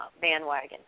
bandwagon